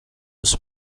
was